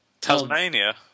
Tasmania